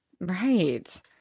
Right